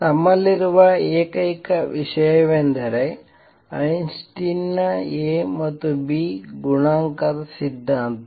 ನಮ್ಮಲ್ಲಿರುವ ಏಕೈಕ ವಿಷಯವೆಂದರೆ ಐನ್ಸ್ಟೈನ್ ನ A ಮತ್ತು B ಗುಣಾಂಕದ ಸಿದ್ಧಾಂತ